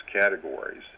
categories